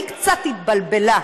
היא קצת התבלבלה.